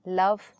love